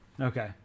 Okay